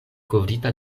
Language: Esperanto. kovrita